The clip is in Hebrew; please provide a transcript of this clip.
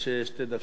יש שתי דקות.